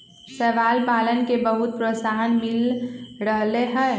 शैवाल पालन के बहुत प्रोत्साहन मिल रहले है